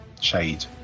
shade